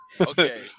Okay